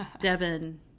Devin